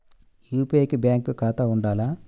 UPI కి bank ఖాతా ఉండాల?